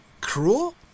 cruel